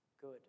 good